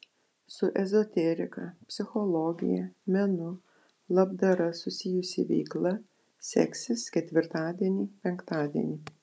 su ezoterika psichologija menu labdara susijusi veikla seksis ketvirtadienį penktadienį